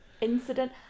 incident